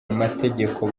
amategeko